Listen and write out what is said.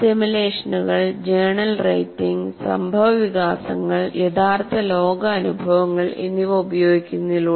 സിമുലേഷനുകൾ journal writing സംഭവവികാസങ്ങൾ യഥാർത്ഥ ലോക അനുഭവങ്ങൾ എന്നിവ ഉപയോഗിക്കുന്നതിലൂടെ